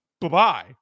Bye-bye